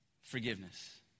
forgiveness